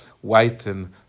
whiten